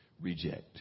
reject